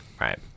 Right